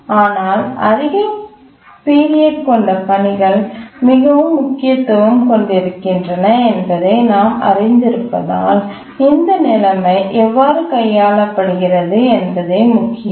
ஆனால் அதிக பீரியட் கொண்ட பணிகள் மிகவும் முக்கியத்துவம் கொண்டிருக்கின்றன என்பதை நாம் அறிந்திருப்பதால் இந்த நிலைமை எவ்வாறு கையாளப்படுகிறது என்பதே முக்கியம்